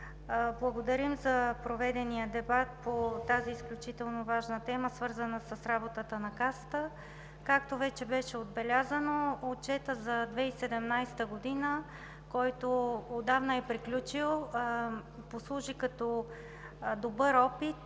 Благодарим за проведения дебат по тази изключително важна тема, свързана с работата на Касата. Както вече беше отбелязано, Отчетът за 2017 г., който отдавна е приключил, послужи като добър опит